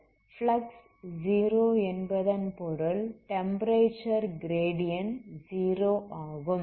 flux 0 என்பதன் பொருள் temperature gradient 0 ஆகும்